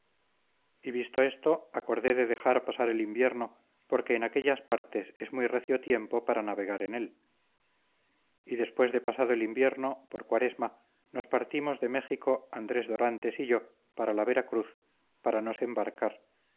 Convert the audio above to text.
y visto esto acordé de dejar pasar el invierno porque en aquellas partes es muy recio tiempo para navegar en él y después de pasado el invierno por cuaresma nos partimos de méjico andrés dorantes y yo para la veracruz para nos embarcar